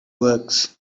works